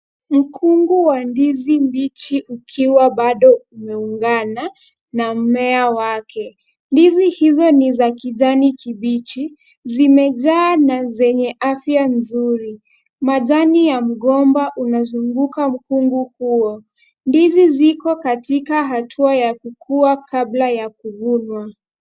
Mkungu wa ndizi mbichi ukiwa bado umeungana, na mmea wake. Ndizi hizo ni za kijani kibichi, zimejaa na zenye afya nzuri. Majani ya mgomba unazunguka mkungu huo. Ndizi ziko katika hatua ya kukua kabla ya kuvunwa.